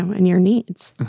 and your needs